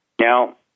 Now